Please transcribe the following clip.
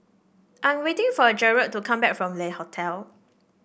I am waiting for Jered to come back from Le Hotel